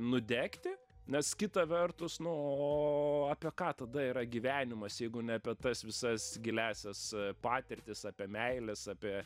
nudegti nes kita vertus nu o apie ką tada yra gyvenimas jeigu ne apie tas visas giliąsias patirtis apie meiles apie